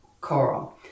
coral